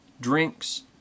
drinks